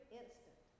instant